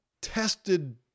tested